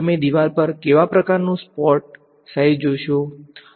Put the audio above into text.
તો તમે સ્ક્રીન પર જે સ્પોટ જોશો તેનું કદ શું છે તો ચાલો આપણે આને સ્ક્રીન કહીએ